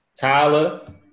Tyler